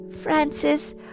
Francis